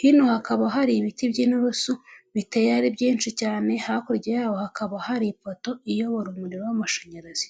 hino hakaba hari ibiti by'inturusu biteye ari byinshi cyane, hakurya yaho hakaba hari ifoto iyobora umuriro w'amashanyarazi.